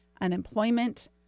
unemployment